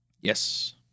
Yes